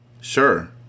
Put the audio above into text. Sure